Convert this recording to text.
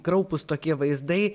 kraupūs tokie vaizdai